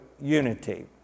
unity